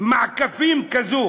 מעקפים כזאת?